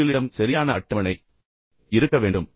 உண்மையில் உங்களிடம் சரியான அட்டவணை இருக்க வேண்டும்